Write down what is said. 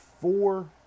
four